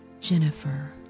Jennifer